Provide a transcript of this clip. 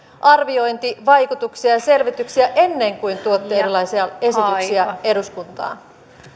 arviointivaikutuksia ja selvityksiä ennen kuin tuotte erilaisia esityksiä eduskuntaan